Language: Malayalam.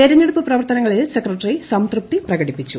തെരഞ്ഞെടുപ്പ് പ്രവർത്തനങ്ങളിൽ സെക്രട്ടറി സംതൃപ്തി പ്രകടിപ്പിച്ചു